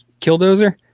Killdozer